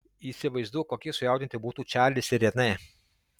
įsivaizduok kokie sujaudinti būtų čarlis ir renė